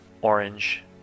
orange